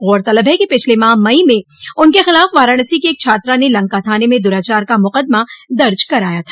गौरतलब है कि पिछले माह मई में उनके खिलाफ वाराणसी की एक छात्रा ने लंका थाने में दुराचार का मुकदमा दर्ज कराया था